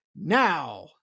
Now